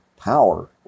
Power